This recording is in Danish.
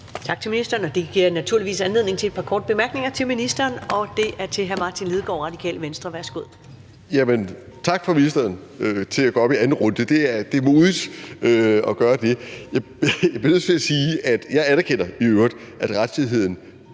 Tak til ministeren. Det giver naturligvis anledning til et par korte bemærkninger til ministeren. Først er det til hr. Martin Lidegaard, Radikale Venstre. Værsgo. Kl. 14:10 Martin Lidegaard (RV): Jamen tak til ministeren for at gå op til anden runde. Det er modigt at gøre det. Jeg anerkender, at rettidigheden